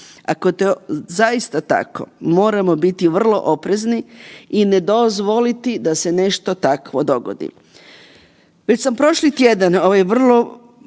to zaista tako moramo biti vrlo oprezni i ne dozvoliti da se nešto takvo dogodi. Već sam prošli tjedan ovaj vrlo